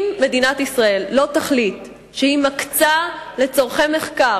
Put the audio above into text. אם מדינת ישראל לא תחליט שהיא מקצה לצורכי מחקר